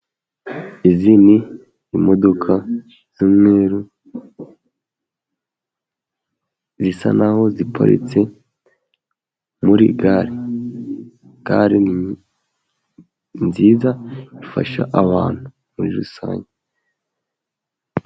Izi ni imodoka z'umweru, zisa naho ziparitse muri gare. Gare ni nziza ifasha abantu muri rusange.